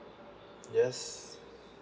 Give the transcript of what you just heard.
yes